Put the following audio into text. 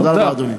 תודה רבה, אדוני.